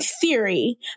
theory